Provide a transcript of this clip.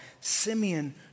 Simeon